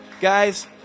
guys